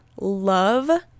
love